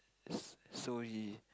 s~ so he